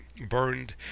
burned